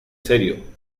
serio